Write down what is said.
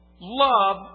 love